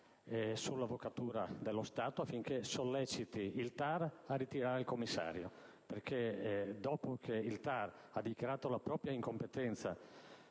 sull'avvocatura dello Stato affinché solleciti il TAR a ritirare la nomina dei commissari. Infatti, dopo che il TAR ha dichiarato la propria incompetenza